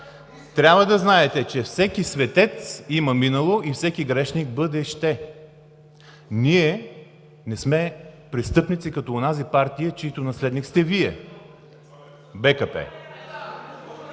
Трябва да знаете, че всеки светец има минало, и всеки грешник – бъдеще. Ние не сме престъпници, като онази партия, чиито наследник сте Вие – БКП.